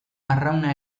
arrauna